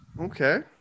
okay